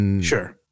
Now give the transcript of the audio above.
Sure